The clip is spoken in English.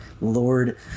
Lord